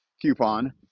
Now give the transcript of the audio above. coupon